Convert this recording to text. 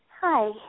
Hi